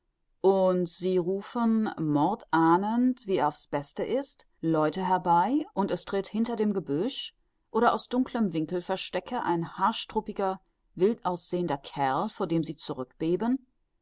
und sie rufen mord ahnend wie er auf's beste ist leute herbei und es tritt hinter dem gebüsch oder aus dunklem winkelverstecke ein haarstruppiger wildaussehender kerl vor dem sie